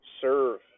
serve